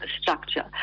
structure